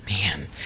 Man